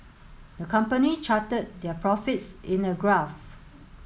the company charted their profits in a graph